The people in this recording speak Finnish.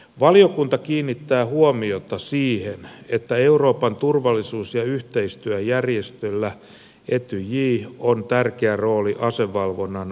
valiokunta kiinnittää huomiota siihen että euroopan turvallisuus ja yhteistyöjärjestöllä etyjillä on tärkeä rooli asevalvonnan vahvistamisessa